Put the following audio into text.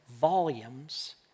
volumes